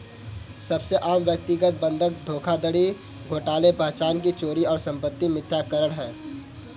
सबसे आम व्यक्तिगत बंधक धोखाधड़ी घोटाले पहचान की चोरी और संपत्ति मिथ्याकरण है